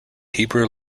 hebrew